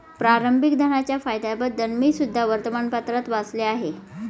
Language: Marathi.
प्रारंभिक धनाच्या फायद्यांबद्दल मी सुद्धा वर्तमानपत्रात वाचले आहे